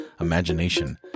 imagination